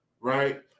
Right